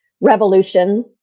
Revolution